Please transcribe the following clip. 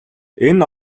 энэ